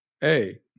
Hey